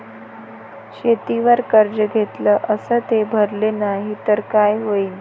शेतीवर कर्ज घेतले अस ते भरले नाही तर काय होईन?